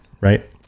right